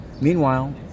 Meanwhile